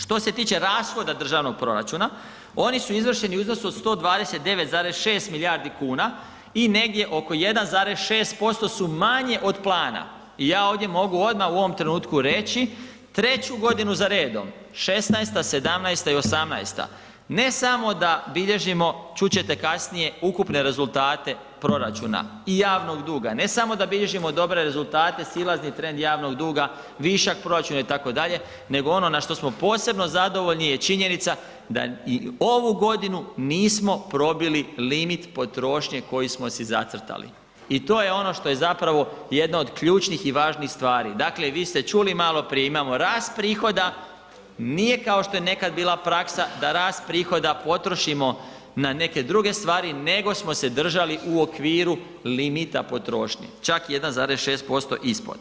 Što se tiče rashoda državnog proračuna, oni su izvršeni u iznosu od 129,6 milijardi kuna i negdje oko 1,6% su manje od plana i ja ovdje mogu odma u ovom trenutku reći, treću godinu za redom, '16.-ta, '17.-ta i '18.-ta, ne samo da bilježimo, čut ćete kasnije, ukupne rezultate proračuna i javnog duga, ne samo da bilježimo dobre rezultate, silazni trend javnog duga, višak proračuna itd., nego ono na što smo posebno zadovoljni je činjenica da i ovu godinu nismo probili limit potrošnje koju smo si zacrtali i to je ono što je zapravo jedna od ključnih i važnih stvari, dakle vi ste čuli maloprije, imamo rast prihoda, nije kao što je nekad bila praksa da rast prihoda potrošimo na neke druge stvari, nego smo se držali u okviru limita potrošnje, čak 1,6% ispod.